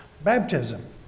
baptism